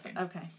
okay